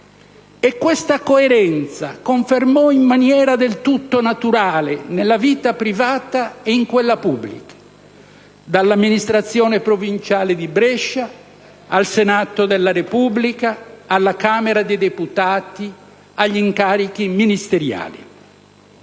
e questa coerenza confermò in maniera del tutto naturale nella vita privata e in quella pubblica, dall'amministrazione provinciale di Brescia, al Senato della Repubblica, alla Camera dei deputati, agli incarichi ministeriali.